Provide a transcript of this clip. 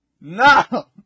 No